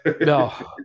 No